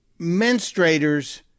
menstruators